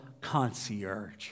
concierge